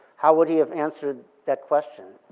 how would he have answered that question?